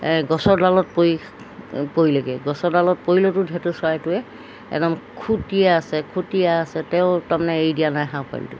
গছৰ ডালত পৰিলেগৈ গছৰ ডালত পৰিলেতো ঢেঁতু চৰাইটোৱে একদম খুটিয়ে আছে খুটিয়ে আছে তেও তাৰমানে এৰি দিয়া নাই হাঁহ পোৱালিটো